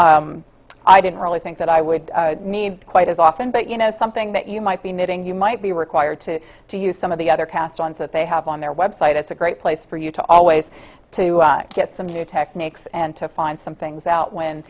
them i didn't really think that i would need quite as often but you know something that you might be knitting you might be required to do use some of the other cast ons that they have on their website it's a great place for you to always to get some new techniques and to find some things out when